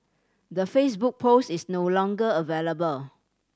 the Facebook post is no longer available